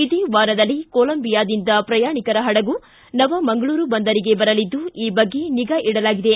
ಇದೇ ವಾರದಲ್ಲಿ ಕೊಲಂಬಿಯಾದಿಂದ ಪ್ರಯಾಣಿಕರ ಹಡಗು ನವ ಮಂಗಳೂರು ಬಂದರಿಗೆ ಬರಲಿದ್ದು ಈ ಬಗ್ಗೆ ನಿಗಾ ಇಡಲಾಗಿದೆ